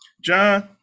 John